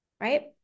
right